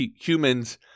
Humans